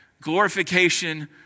Glorification